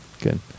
good